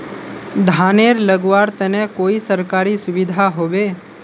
धानेर लगवार तने कोई सरकारी सुविधा होबे?